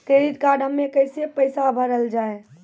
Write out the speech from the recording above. Credit card हम्मे कैसे पैसा भरल जाए?